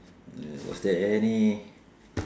uh was there any